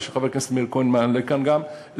מה שחבר הכנסת מאיר כהן מעלה כאן גם,